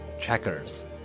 Checkers